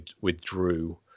withdrew